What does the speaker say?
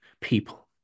people